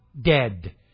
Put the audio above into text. dead